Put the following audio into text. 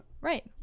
Right